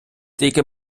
тільки